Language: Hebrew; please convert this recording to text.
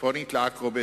צפונית לעכו,